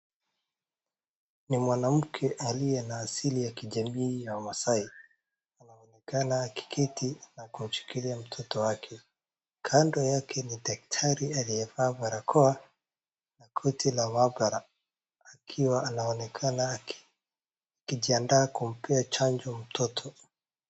Ni mwanamke aliye na asili ya kijamii ya Maasai, anaonekana akiketi anakoshikilia mtoto wake. Kando yake ni daktari aliyevaa barakoa na koti la maabara akiwa anaonekana akijiandaa kumpea chanjo mtoto.